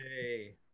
Hey